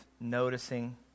noticing